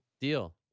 Deal